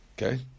Okay